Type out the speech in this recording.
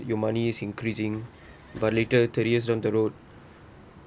your money is increasing but later thirty years down the road